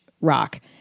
rock